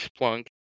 Splunk